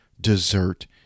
dessert